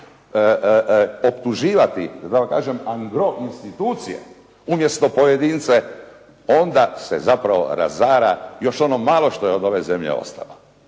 optuživati da tako kažem … institucije umjesto pojedince, onda se zapravo razara još ono malo što je od ove zemlje ostalo.